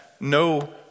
no